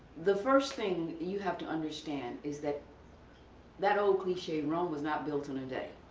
the first thing you have to understand is that that old cliche rome was not built in a day.